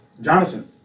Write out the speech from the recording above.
Jonathan